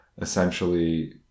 essentially